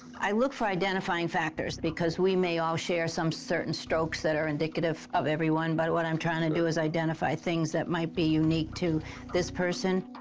i look for identifying factors because we may all share some certain strokes that are indicative of everyone, but what i'm trying to do is identify things that might be unique to this person.